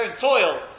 toil